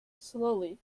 slowly